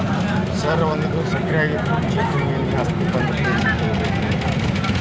ಒಂದು ವಿಧದ ಸಕ್ಕರೆ ಆಗಿದ್ದು ಚಿಪ್ಪುಮೇನೇನ ಅಸ್ಥಿಪಂಜರ ದಿಂದ ದೊರಿತೆತಿ